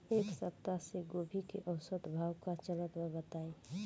एक सप्ताह से गोभी के औसत भाव का चलत बा बताई?